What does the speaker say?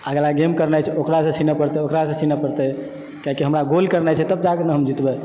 अगिला गेम करनाइ छै ओकरासँ छीनय पड़तय ओकरासँ छीनय पड़तय किआकि हमरा गोल करनाइ छै तब जाके न हम जितबय